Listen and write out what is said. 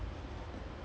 oh my god